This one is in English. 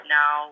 now